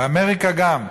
באמריקה גם,